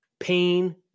Pain